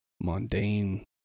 mundane